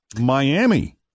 Miami